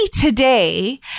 today